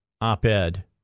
op-ed